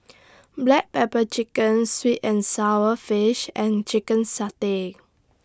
Black Pepper Chicken Sweet and Sour Fish and Chicken Satay